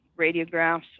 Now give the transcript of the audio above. radiographs